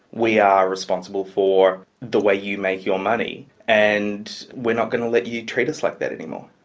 we are responsible for the way you make your money, and we're not going to let you treat us like that any more.